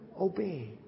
obey